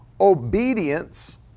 obedience